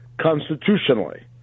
constitutionally